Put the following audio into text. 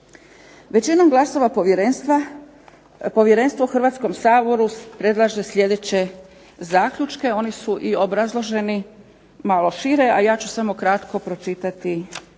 Većinom glasova Povjerenstva, Povjerenstvo Hrvatskom saboru predlaže sljedeće zaključke. Oni su i obrazloženi malo šire, a ja ću samo kratko pročitati